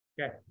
okay